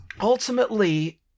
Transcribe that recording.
ultimately